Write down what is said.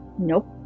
Nope